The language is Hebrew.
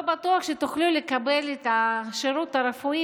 לא בטוח שתוכלו לקבל את השירות הרפואי